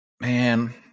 Man